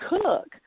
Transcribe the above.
cook